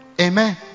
Amen